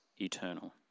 eternal